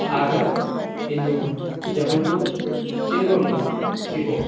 Agra Indore Jabalpur Singrauli Sehore